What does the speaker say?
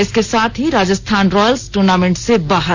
इसके साथ ही राजस्थान रॉयल्स टूर्नामेंट से बाहर